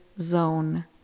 zone